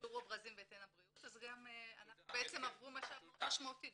וכשנסגרו הברזים בטנא בריאות בעצם עברו --- משאב מאוד משמעותי,